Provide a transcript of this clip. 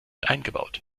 eingebaut